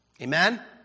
Amen